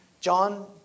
John